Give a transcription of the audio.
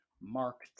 Mark